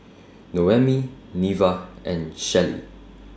Noemi Neva and Shellie